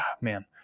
man